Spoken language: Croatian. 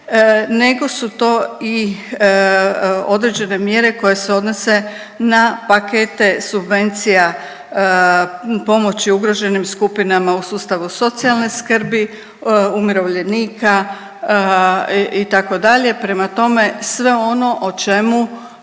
nego su to i određene mjere koje se odnose na pakete subvencija pomoći ugroženim skupinama u sustavu socijalne skrbi, umirovljenika itd.. Prema tome, sve ono o čemu